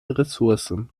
ressourcen